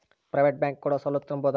Private bank ಕೊಡೊ ಸೌಲತ್ತು ನಂಬಬೋದ?